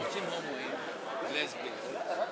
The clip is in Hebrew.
התשע"ה 2015,